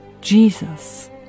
Jesus